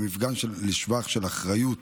במפגן ראוי לשבח של אחריות